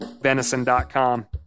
Venison.com